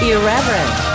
Irreverent